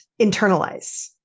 internalize